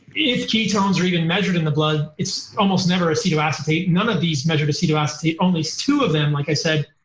if ketones are even measured in the blood, it's almost never acetoacetate. none of these measured acetoacetate. only two of them, like i said,